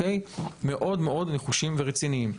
מאוד מאוד נחושים ורציניים.